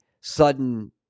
sudden